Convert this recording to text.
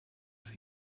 for